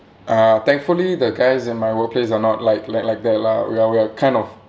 uh thankfully the guys in my workplace are not like like like that lah we are we are kind of